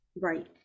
Right